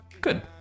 good